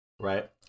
Right